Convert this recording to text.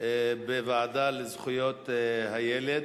בוועדה לזכויות הילד.